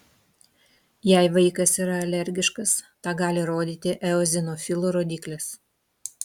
jei vaikas yra alergiškas tą gali rodyti eozinofilų rodiklis